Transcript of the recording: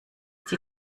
die